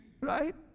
right